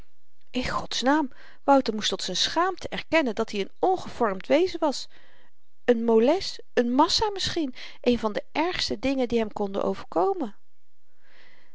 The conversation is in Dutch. zieje dan in godsnaam wouter moest tot z'n schaamte erkennen dat-i n ongevormd wezen was n moles n massa misschien een van de ergste dingen die hem konden overkomen